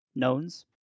knowns